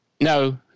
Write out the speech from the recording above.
No